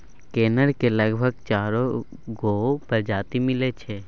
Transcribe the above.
कनेर केर लगभग चारि गो परजाती मिलै छै